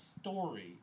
story